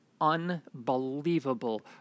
unbelievable